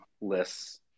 lists